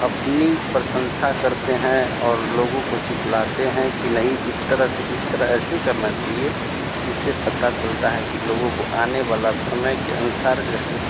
अपनी प्रशंसा करते हैं और लोगों को सिखलाते हैं कि नहीं इस तरह से इस तरह ऐसे करना चाहिए जिससे पता चलता है कि लोगों को आने वाला समय के अनुसार जो है से